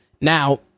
Now